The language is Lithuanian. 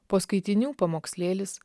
po skaitinių pamokslėlis